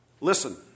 listen